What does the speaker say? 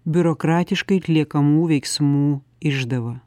biurokratiškai atliekamų veiksmų išdava